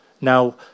Now